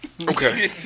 Okay